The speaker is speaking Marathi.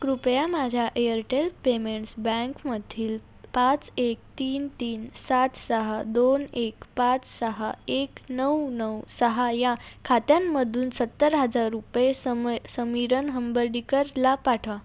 कृपया माझ्या एअरटेल पेमेंट्स बँकमधील पाच एक तीन तीन सात सहा दोन एक पाच सहा एक नऊ नऊ सहा या खात्यांमधून सत्तर हजार रुपये सम समीरन हंबर्डीकरला पाठवा